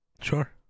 Sure